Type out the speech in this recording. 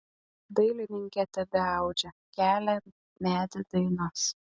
dailininkė tebeaudžia kelią medį dainas